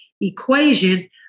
equation